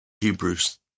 Hebrews